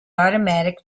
automatic